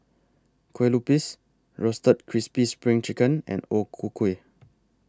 Kueh Lupis Roasted Crispy SPRING Chicken and O Ku Kueh